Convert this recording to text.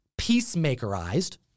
peacemakerized